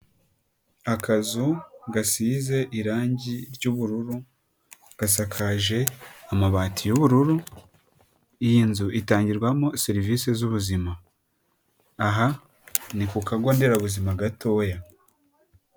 Akazu gasize irangi ry'ubururu gasakaje amabati y'ubururu, iyi nzu itangirwamo serivise z'ubuzima. Aha ni ku kago nderabuzima gatoya.